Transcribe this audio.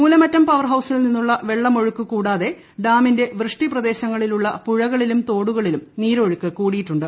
Moolamattom power ഹൌസിൽ നിന്നുള്ള വെള്ളമൊഴുക്ക് കൂടാതെ ഡാമിന്റെ വൃഷ്ടി പ്രദേശങ്ങളിലുള്ള പുഴകളിലും തോടുകളിലും നീരൊഴുക്ക് കൂടിയിട്ടുണ്ട്